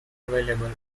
available